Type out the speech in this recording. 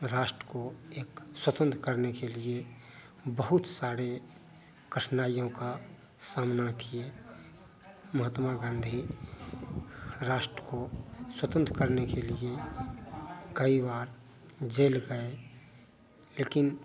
राष्ट्र को एक स्वतंत्र करने के लिए बहुत सारी कठिनाइयों का सामना किए महात्मा गांधी राष्ट्र को स्वतंत्र करने के लिए कई बार जेल गए लेकिन